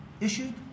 issued